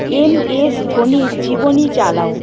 MS ধোনির জীবনী চালাও